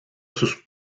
sus